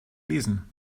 lesen